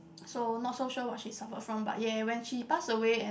so not so sure what she suffered from but ya when she passed away and